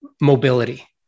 mobility